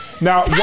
Now